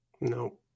No